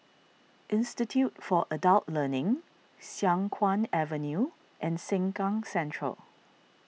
Institute for Adult Learning Siang Kuang Avenue and Sengkang Central